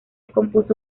compuso